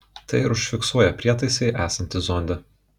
tai ir užfiksuoja prietaisai esantys zonde